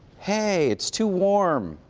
hey, it's too warm,